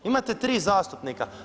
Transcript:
Imate 3 zastupnika.